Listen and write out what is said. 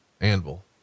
anvil